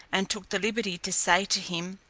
and took the liberty to say to him,